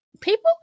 People